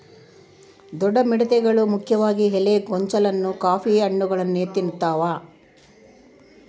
ದೊಡ್ಡ ಮಿಡತೆಗಳು ಮುಖ್ಯವಾಗಿ ಎಲೆ ಗೊಂಚಲನ್ನ ಕಾಫಿ ಹಣ್ಣುಗಳನ್ನ ತಿಂತಾವೆ